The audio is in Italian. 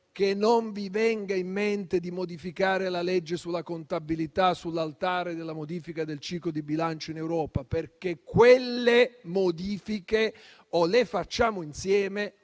DEF, non vi venga in mente di modificare la legge sulla contabilità sull'altare della modifica del ciclo di bilancio in Europa, perché quelle modifiche o le facciamo insieme